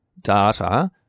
data